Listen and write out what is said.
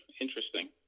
Interesting